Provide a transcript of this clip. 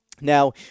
Now